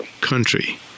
country